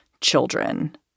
children